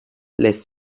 lässt